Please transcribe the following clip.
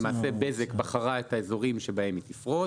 למעשה בזק בחרה את האזורים בהם היא תפרוס